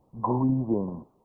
grieving